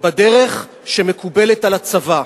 בדרך שמקובלת על הצבא.